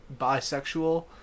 bisexual